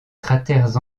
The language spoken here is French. cratères